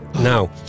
Now